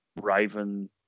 Raven